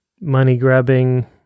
money-grubbing